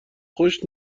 خوش